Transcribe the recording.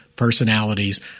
Personalities